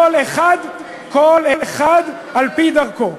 כל אחד, כל אחד, על-פי דרכו.